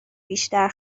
بیشتر